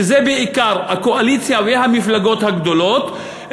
שזה בעיקר הקואליציה והמפלגות הגדולות,